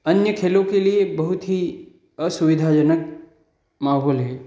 अन्य खेलों के लिए बहुत ही असुविधाजनक माहौल है